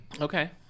Okay